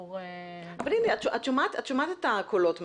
שיטור --- אבל הנה, את שומעת את הקולות מהשטח.